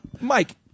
Mike